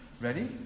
Ready